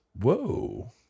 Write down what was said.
whoa